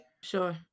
sure